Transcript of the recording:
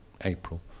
April